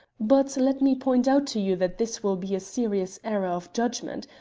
but let me point out to you that this will be a serious error of judgment.